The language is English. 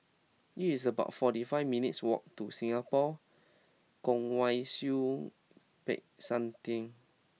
It's about forty five minutes' walk to Singapore Kwong Wai Siew Peck San Theng